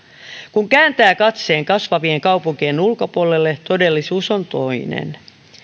kun kääntää katseen kasvavien kaupunkien ulkopuolelle todellisuus on toinen